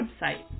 website